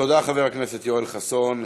תודה, חבר הכנסת יואל חסון.